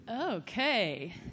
Okay